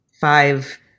Five